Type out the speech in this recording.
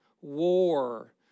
war